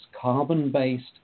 carbon-based